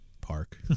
park